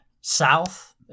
South